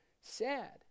sad